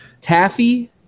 Taffy